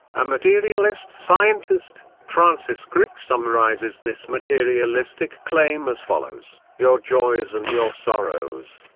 a materialist scientist, francis crick summarizes this materialistic claim as follows your joys and your sorrows,